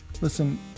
Listen